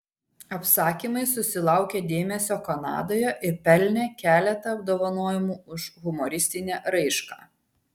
apsakymai susilaukė dėmesio kanadoje ir pelnė keletą apdovanojimų už humoristinę raišką